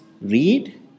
read